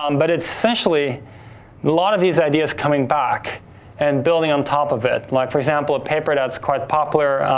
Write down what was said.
um but it's essentially a lot of these ideas coming back and building on top of it. like for example, a paper that's quite popular,